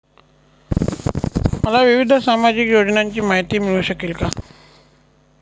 मला विविध सामाजिक योजनांची माहिती मिळू शकेल का?